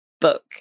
book